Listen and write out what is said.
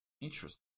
Interesting